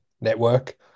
network